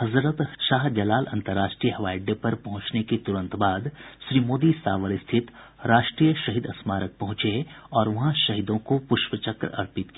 हज़रत शाह जलाल अन्तर्राष्ट्रीय हवाई अडडे पर पहुंचने के तुरंत बाद श्री मोदी सावर स्थित राष्ट्रीय शहीद स्मारक पहुंचे और वहां शहीदों को पुष्पचक्र अर्पित किया